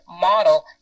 model